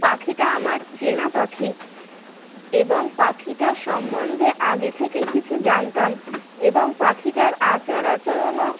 পাখিটা আমার চেনা পাখি এবং পাখিটা সম্বন্ধে আগে থেকেই কিছু জানতাম এবং পাখিটার আচার আচরণও